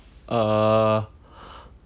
err